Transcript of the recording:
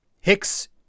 Hicks